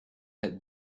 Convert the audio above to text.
had